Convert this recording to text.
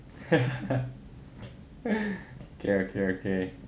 okay okay okay